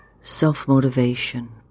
self-motivation